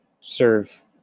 serve